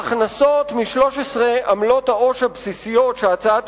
ההכנסות מ-13 עמלות העו"ש הבסיסיות שהצעת